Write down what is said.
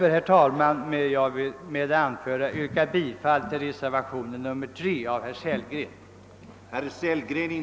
Herr talman! Med dessa ord ber jag få yrka bifall till reservationen III av herr Sellgren.